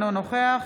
אינו נוכח